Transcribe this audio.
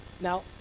Now